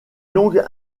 longues